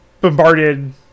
bombarded